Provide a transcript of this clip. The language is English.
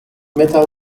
metal